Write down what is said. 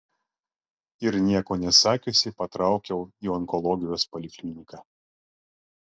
ir nieko nesakiusi patraukiau į onkologijos polikliniką